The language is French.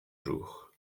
jour